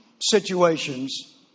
situations